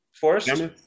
forest